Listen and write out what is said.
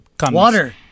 Water